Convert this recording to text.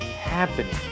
happening